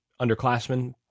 underclassmen